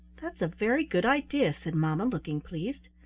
that's a very good idea, said mamma, looking pleased.